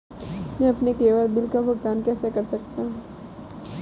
मैं अपने केवल बिल का भुगतान कैसे कर सकता हूँ?